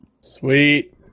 Sweet